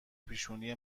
پیشونی